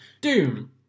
Doom